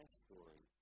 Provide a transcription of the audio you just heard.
story